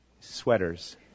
sweaters